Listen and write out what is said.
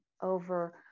over